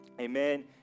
amen